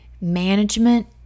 Management